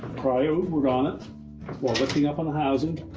pry over on it while lifting up on the housing.